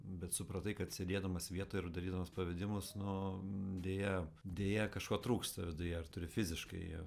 bet supratai kad sėdėdamas vietoj ir darydamas pavedimus nu deja deja kažko trūksta viduje ar turi fiziškai